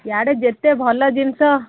ଇଆଡ଼େ ଯେତେ ଭଲ ଜିନିଷ